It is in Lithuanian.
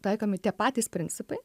taikomi tie patys principai